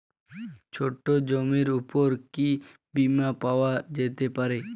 ছোট জমির উপর কি বীমা পাওয়া যেতে পারে?